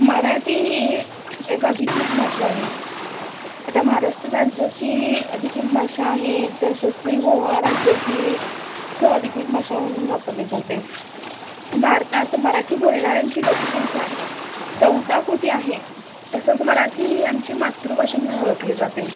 मराठी ही एक एक अधिकृत भाषा आहे आता महाराष्ट्र राज्याची अधिकृत भाषा आहे तसंच ती गोवा राज्याची सह अधिकृत भाषा म्हणून वापरली जाते भारतात मराठी बोलणाऱ्यांची लोकसंख्या चौदा कोटी आहे तसंच मराठी ही आमची मातृभाषा म्हणून ओळखली जाते